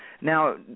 Now